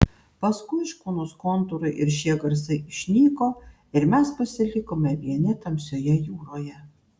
paskui škunos kontūrai ir šie garsai išnyko ir mes pasilikome vieni tamsioje jūroje